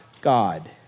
God